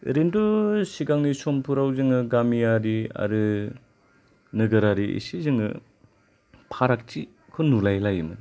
ओरैनोथ' सिगांनि समफोराव जोङो गामियारि एसे जोङो फारागथिखौ नुलायलायोमोन